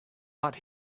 but